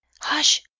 Hush